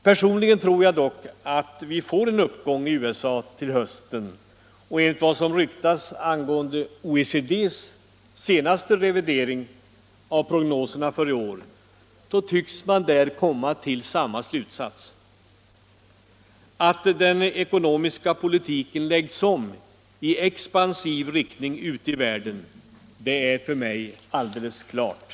Personligen tror jag dock att man får en uppgång i USA till hösten, och enligt vad som ryktas angående OECD:s senaste revidering av prognoserna för i år tycks man där komma till samma slutsats. Att den ekonomiska politiken läggs om i expansiv riktning ute i världen är för mig alldeles klart.